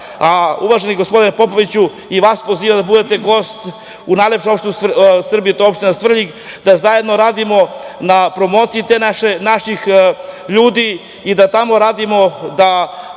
uvaženi gospodine Popoviću, i vas pozivam da budete gost u najlepšoj opštini u Srbiji, to je opština Svrljig, da zajedno radimo na promociji naših ljudi i da tamo radimo da